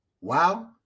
wow